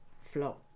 flow